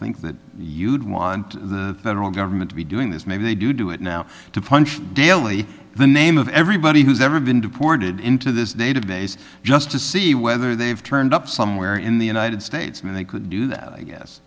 think that you'd want the federal government to be doing this maybe they do do it now to punch daly the name of everybody who's ever been deported into this database just to see whether they've turned up somewhere in the united states and they could do that